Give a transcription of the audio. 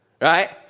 Right